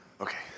Okay